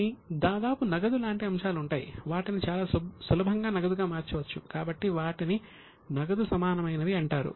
కొన్ని దాదాపు నగదు లాంటి అంశాలు ఉంటాయి వాటిని చాలా సులభంగా నగదుగా మార్చవచ్చు కాబట్టి వాటిని నగదు సమానమైనవి అంటారు